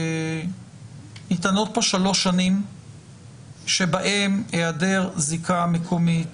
ניתנות כאן שלוש שנים בהן היעדר זיקה מקומית